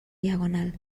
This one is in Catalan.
diagonal